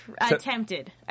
attempted